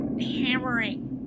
hammering